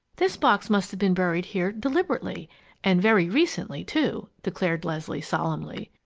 this box must have been buried here deliberately and very recently, too! declared leslie, solemnly.